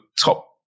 top